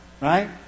right